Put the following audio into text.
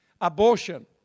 Abortion